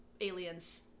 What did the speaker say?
aliens